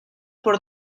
por